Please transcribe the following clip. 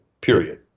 period